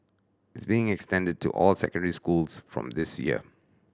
it's being extended to all secondary schools from this year